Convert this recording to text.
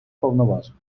повноважень